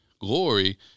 glory